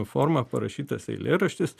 forma parašytas eilėraštis